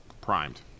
primed